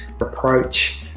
approach